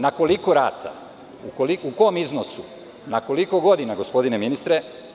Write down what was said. Na koliko rata, u kom iznosu, na koliko godina, gospodine ministre?